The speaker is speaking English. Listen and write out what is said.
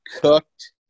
cooked